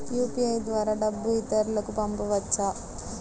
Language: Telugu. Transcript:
యూ.పీ.ఐ ద్వారా డబ్బు ఇతరులకు పంపవచ్చ?